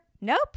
Nope